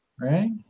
right